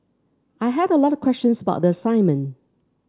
I had a lot of questions about the assignment